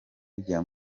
rya